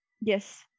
Yes